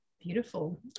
Beautiful